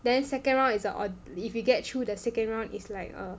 then second round is a aud~ if you get through the second round is like a